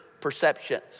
perceptions